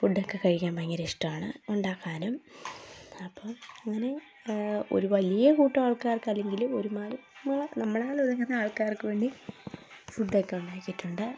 food ഒക്കെ കഴിക്കാൻ ഭയങ്കര ഇഷ്ടമാണ് ഉണ്ടാക്കാനും അപ്പോൾ അങ്ങനെ ഒരു വലിയകൂട്ടം ആൾക്കാർക്കല്ലെങ്കിലും ഒരുപാട് നമ്മളെ നമ്മളാൽ ഒതുങ്ങുന്ന ആൾക്കാർക്ക് വേണ്ടി ഫുഡ് ഒക്കെ ഉണ്ടാക്കിയിട്ടുണ്ട്